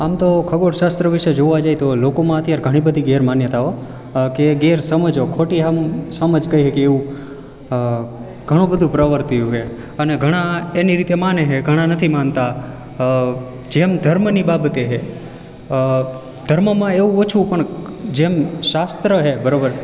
આમ તો ખગોળ શાસ્ત્ર વિશે જોવા જઈ તો લોકોમાં અત્યારે ઘણી બધી ગેર માન્યતાઓ કે ગેરસમજો ખોટી આમ સમજ કહી શકીએ એવું ઘણું બધુ પ્રવર્ત્યું છે અને ઘણા એની રીતે માને છે ઘણા નથી માનતા જેમ ધર્મની બાબતે છે ધર્મમાં એવું ઓછું પણ જેમ શાસ્ત્ર છે બરોબર